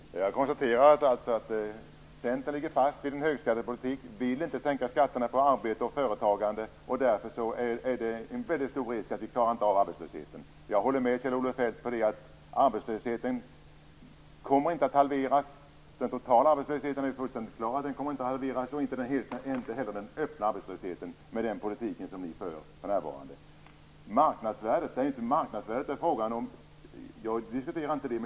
Fru talman! Jag konstaterar att Centern ligger fast vid en högskattepolitik och inte vill sänka skatterna på arbete och företagande. Därför är det stor risk för att vi inte klarar av att lösa problemet med arbetslösheten. Jag håller med Kjell-Olof Feldt om att arbetslösheten inte kommer att halveras. Det är fullständigt klart att den totala arbetslösheten inte kommer att halveras, och inte heller den öppna arbetslösheten, med den politik som ni för närvarande för. Det är inte frågan om marknadsvärdet. Jag diskuterar inte det.